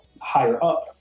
higher-up